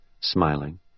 smiling